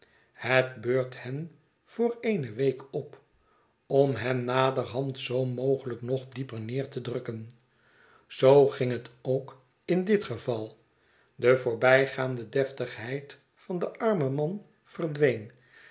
het beurt hen voor eene week op om hen naderhand zoo mogelijk nog dieper neer te drukken zoo ging het ook in dit geval de voorbijgaande deftigheid van den armen man verdween